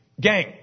Gang